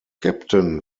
captain